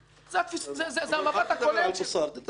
זה ההקשר הכללי.